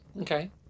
Okay